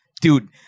Dude